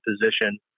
position